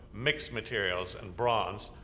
mixed materials, and bronze,